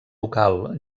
local